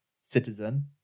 citizen